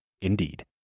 Indeed